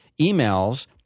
emails